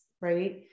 right